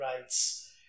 rights